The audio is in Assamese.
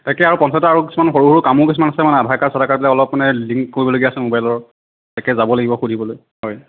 তাকে আৰু পঞ্চায়তৰ আৰু কিছুমান সৰু সৰু কামো কিছুমান আছে আধাৰ কাৰ্ড চাধাৰ কাৰ্ড অলপ মানে লিংক কৰিবলগীয়া আছে মোবাইলৰ তাকে যাব লাগিব সুধিবলৈ হয়